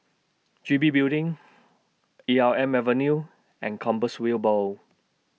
G B Building Elm Avenue and Compassvale Bow